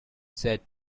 said